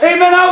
Amen